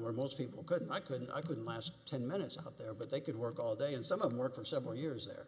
where most people couldn't i couldn't i couldn't last ten minutes up there but they could work all day and some of the work for several years there